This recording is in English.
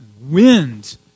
Wind